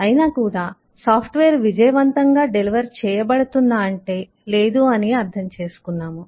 అయినా కూడా సాఫ్ట్వేర్ విజయవంతంగా డెలివర్ చేయబడుతుందా అంటే లేదు అని అర్థం చేసుకున్నాము